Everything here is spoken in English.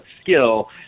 skill